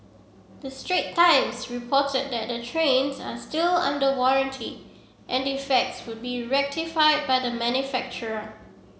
the Strait Times reported that the trains are still under warranty and defects would be rectified by the manufacturer